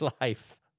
life